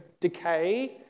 decay